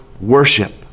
worship